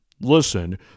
Listen